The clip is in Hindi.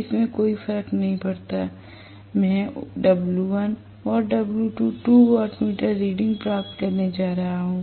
इससे कोई फर्क नहीं पड़ता मैं W1 और W2 2 वाटमीटर रीडिंग प्राप्त करने जा रहा हूं